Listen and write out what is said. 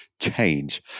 change